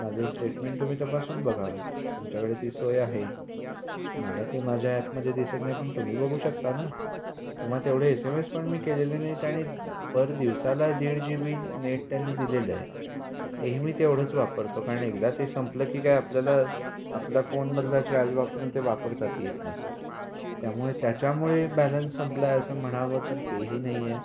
माझं स्टेटमेंट तुम्ही तपासून बघा तुमच्याकडे ती सोय आहे मला ते माझ्या ॲपमध्ये दिसत नाही पण तुम्ही बघू शकता ना किंवा तेवढे एस एम एस पण मी केलेले नाहीत आणि त्या पर दिवसाला दीड जी बी नेट त्यांनी दिलेलं आहे तेही मी तेवढंच वापरतो कारण एकदा ते संपलं की काय आपल्याला आपल्या फोनमधला चार्ज वापरून ते वापरताच येत नाही त्यामुळे त्याच्यामुळे बॅलन्स संपला आहे असं म्हणावं तर तेही नाही आहे